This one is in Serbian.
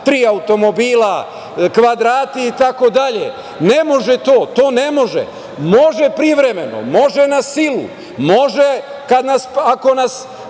tri automobila, kvadrati, itd. Ne može to. To ne može. Može privremeno, može na silu, može ako nas